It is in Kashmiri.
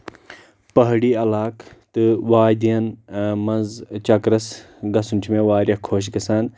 پہٲڑی علاقہٕ تہٕ وادی ین منٛز چکرَس گژھُن چُھ مےٚ واریاہ خۄش گژھان